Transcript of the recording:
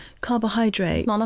carbohydrate